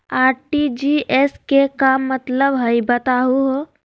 RTGS के का मतलब हई, बताहु हो?